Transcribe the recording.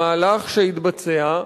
המהלך שהתבצע,